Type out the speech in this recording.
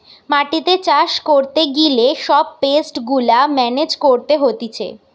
মাটিতে চাষ করতে গিলে সব পেস্ট গুলা মেনেজ করতে হতিছে